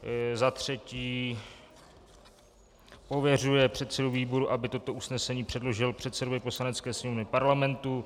III. pověřuje předsedu výboru, aby toto usnesení předložil předsedovi Poslanecké sněmovny Parlamentu,